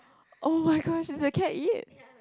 oh my gosh did the the cat eat